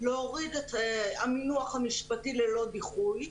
להוריד את המינוח המשפטי ללא דיחוי.